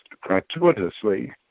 gratuitously